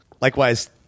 Likewise